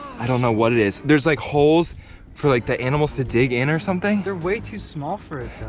i don't know what it is. there's like holes for like the animals to dig in or something. they're way too small for it,